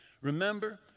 Remember